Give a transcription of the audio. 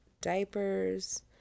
diapers